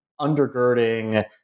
undergirding